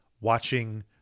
watching